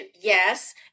yes